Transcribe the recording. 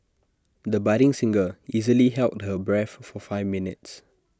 the budding singer easily held her breath for five minutes